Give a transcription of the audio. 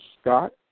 Scott